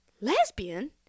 Lesbian